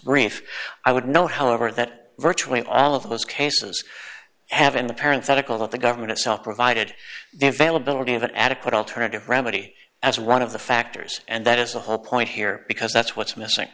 brief i would note however that virtually all of those cases have in the parents article that the government itself provided the availability of an adequate alternative remedy as one of the factors and that is the whole point here because that's what's missing